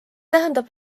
tähendab